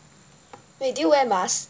wait did you wear mask